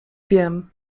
wiem